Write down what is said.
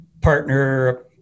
partner